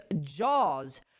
jaws